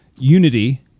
Unity